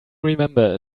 remember